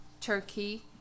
Turkey